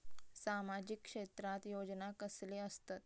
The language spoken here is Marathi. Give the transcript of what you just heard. सामाजिक क्षेत्रात योजना कसले असतत?